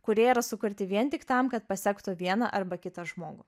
kurie yra sukurti vien tik tam kad pasektų vieną arba kitą žmogų